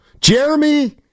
Jeremy